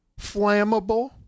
flammable